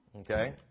okay